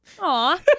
Aw